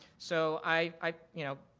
so, i, i, you know,